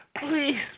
please